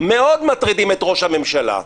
מאוד מטרידים את ראש הממשלה.